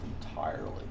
entirely